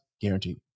Guaranteed